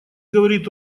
говорит